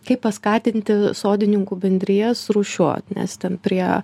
kaip paskatinti sodininkų bendrijas rūšiuot nes ten prie